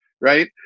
right